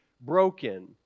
broken